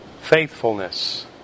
faithfulness